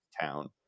town